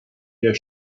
der